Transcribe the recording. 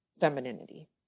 femininity